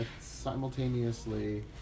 simultaneously